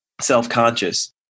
self-conscious